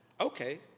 okay